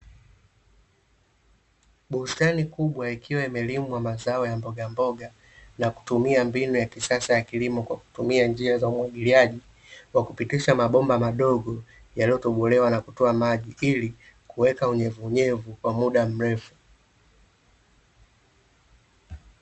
Bustani kubwa ikiwa imelimwa mazao ya mbogamboga, na kutumia mbinu ya kisasa ya kilimo kwa kutumia njia za umwagiliaji, kwa kupitisha mabomba madogo yaliyotobolewa na kutoa maji, ili kuweka unyevunyevu kwa muda mrefu.